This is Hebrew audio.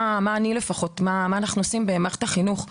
על מה אנחנו עושים במערכת החינוך.